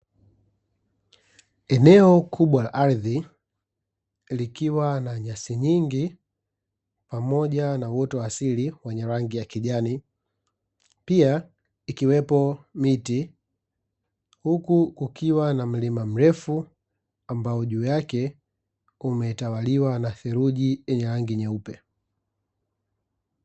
Eneo kubwa la ardhi likiwa na nyasi nyingi pamoja na uoto wa asili wenye rangi ya kijani. Pia ikiwepo miti, huku kukiwa na mlima mrefu ambao juu yake unetawaliwa na theruji yenye rangi nyeupe.